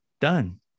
done